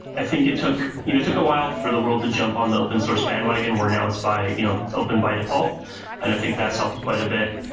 i think it took you know took a while for the world to jump on the open source bandwagon were announced by it's you know open by default and i think that's helped quite a bit.